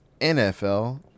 NFL